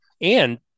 And-